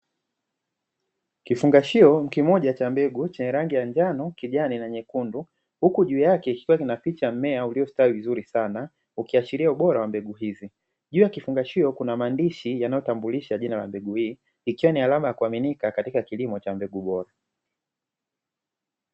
Kifungashio kimoja cha mbegu chenye rangi ya njano, kijani na nyekundu; huku juu yake kikiwa na picha ya mmea uliostawi vizuri sana, ukiashria ubora wa mbegu hizi. Juu ya kifungashio kuna maandishi yanayotambulisha jina la mbegu hii, ikiwa ni alama ya kuaminika katika kilimo cha mbegu bora.